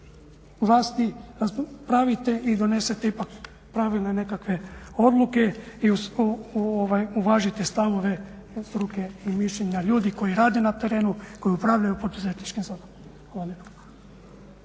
vlasti napravite i donesete ipak pravilne nekakve odluke i uvažite stavove struke i mišljenja ljudi koji rade na terenu, koji upravljaju poduzetničkim zonama.